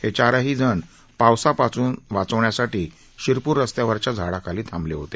हे चारही जण पावसापासूनवाचण्यासाठी शिरपूर रस्त्यावरच्या झाडाखाली थांबले होते